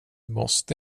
måste